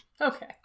Okay